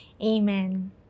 Amen